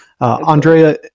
Andrea